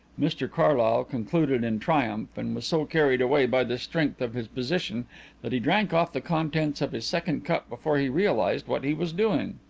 mr carlyle concluded in triumph and was so carried away by the strength of his position that he drank off the contents of his second cup before he realized what he was doing.